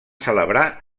celebrar